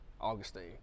Augustine